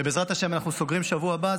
שבעזרת השם אנחנו סוגרים בשבוע הבא,